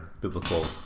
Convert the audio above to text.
biblical